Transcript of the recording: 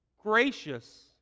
gracious